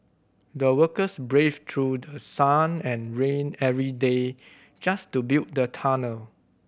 the workers braved through the sun and rain every day just to build the tunnel